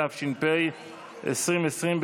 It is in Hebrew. התש"ף 2020,